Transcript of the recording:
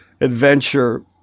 adventure